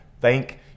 thank